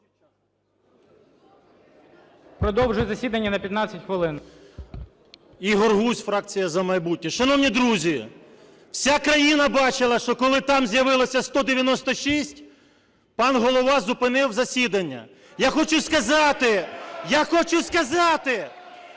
Продовжую засідання на 15 хвилин. 18:02:11 ГУЗЬ І.В. Ігор Гузь, фракція "За майбутнє". Шановні друзі, вся країна бачила, що коли там з'явилося 196, пан Голова зупинив засідання. Я хочу сказати… (Шум у залі)